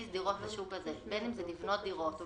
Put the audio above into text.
דירות לשוק הזה בין אם זה לבנות דירות או